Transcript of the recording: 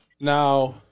Now